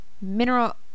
Mineral